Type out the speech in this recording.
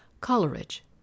Coleridge